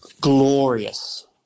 glorious